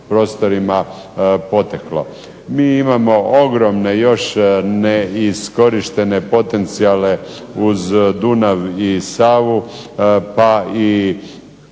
Mi imamo ogromne još neiskorištene potencijale uz Dunav i Savu pa i